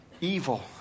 evil